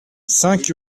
cinq